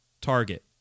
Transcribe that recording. target